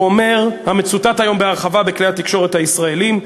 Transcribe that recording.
המצוטט היום בהרחבה בכלי התקשורת הישראליים,